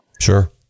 Sure